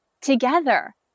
together